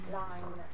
line